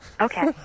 Okay